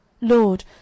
Lord